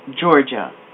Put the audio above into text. Georgia